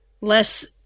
less